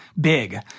Big